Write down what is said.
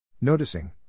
Noticing